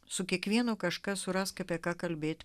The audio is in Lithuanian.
su kiekvienu kažkas surask apie ką kalbėti